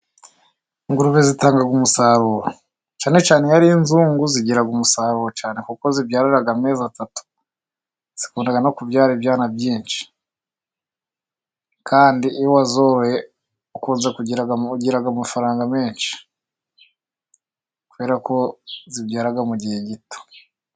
Ingurube zitanga umusaruro, cyane cyane iyo ari inzungu zigira umusaruro zibyarira amezi atatu. Zikunda no kubyara ibyana byinshi. Kandi iyo wazoroye ukunda kugira amafaranga nebshi. Kubera zibyara mu gihe gito.